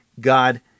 God